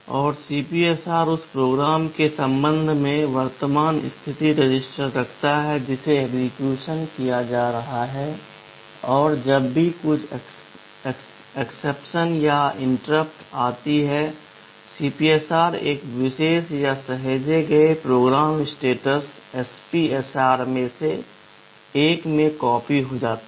और CPSR उस program के संबंध में वर्तमान स्थिति रजिस्टर रखता है जिसे एक्सेक्यूशन किया जा रहा है और जब भी कुछ एक्सेप्शन या इंटरप्ट आती है CPSR एक विशेष या सहेजे गए प्रोग्राम स्टेटस SPSRs में से एक में कॉपी हो जाता है